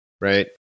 right